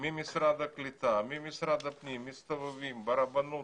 ממשרד הקליטה, ממשרד הפנים, מסתובבים ברבנות